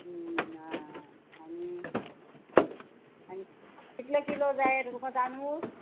आं आनी आनी कितले किलो जाय तुका तांदूळ